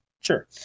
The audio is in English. Sure